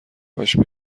هاش